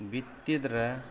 ಬಿತ್ತಿದ್ರೆ